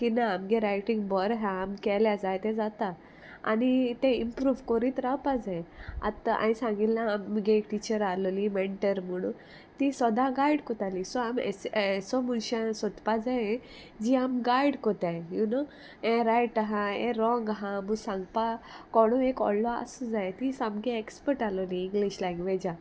की ना आमगे रायटींग बोर आहा आम केल्या जाय ते जाता आनी ते इम्प्रूव कोरीत रावपा जाय आतां हांयें सांगील ना आमगे टिचर आहलोली मेन्टर म्हुणू ती सोदां गायड कोत्ताली सो आमी एसो मनशां सोदपा जाय जी आम गायड कोत्ताय यु नो ये रायट आहा हे रोंग आहा आमकां सांगपा कोणूय एक व्हडलो आसूं जाय ती सामकी एक्सपर्ट आहलोली इंग्लीश लँग्वेजाक